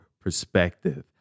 perspective